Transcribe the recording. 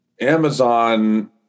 Amazon